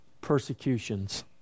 persecutions